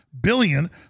billion